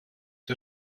wir